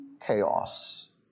chaos